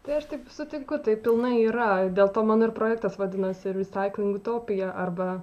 tai aš taip sutinku tai pilnai yra dėl to mano ir projektas vadinasi risaiting utopija arba